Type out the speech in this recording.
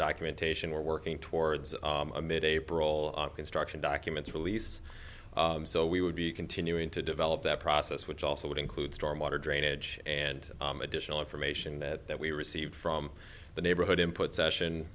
documentation we're working towards a mid april construction documents release so we would be continuing to develop that process which also would include storm water drainage and additional information that we received from the neighborhood input